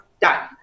done